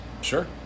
Sure